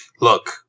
look